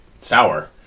sour